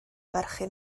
barchu